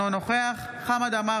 אינו נוכח חמד עמאר,